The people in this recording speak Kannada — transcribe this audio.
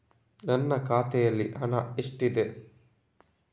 ನನ್ನ ಖಾತೆಯಲ್ಲಿ ಹಣ ಎಷ್ಟಿದೆ?